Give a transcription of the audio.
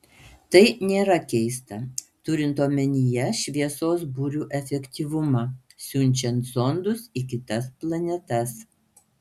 tai nėra keista turint omenyje šviesos burių efektyvumą siunčiant zondus į kitas planetas